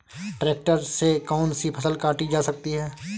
Tractor से कौन सी फसल काटी जा सकती हैं?